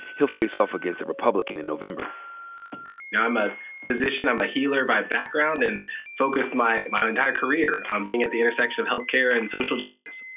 he'll face off against a republican in november. now i'm a physician. i'm a healer by background and focused my my entire career on being at the intersection of health care and social justice.